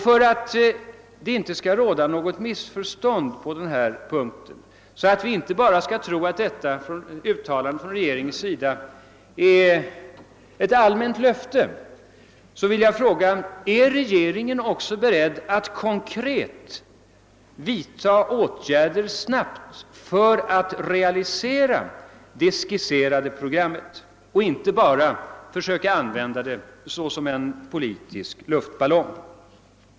För att det inte skall råda något missförstånd på denna punkt och för att vi inte bara skall tro att detta uttalande från regeringen är allmänt löfte, vill jag fråga: Är regeringen också beredd att snabbt vidta konkreta åtgärder för att realisera det skisserade programmet och inte bara försöka använda det som en politisk luftballong?